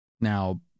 Now